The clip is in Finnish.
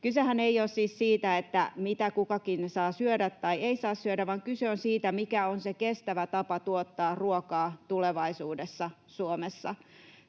Kysehän ei ole siis siitä, mitä kukakin saa syödä tai ei saa syödä, vaan kyse on siitä, mikä on se kestävä tapa tuottaa ruokaa tulevaisuudessa Suomessa.